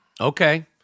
Okay